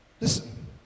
Listen